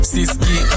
Siski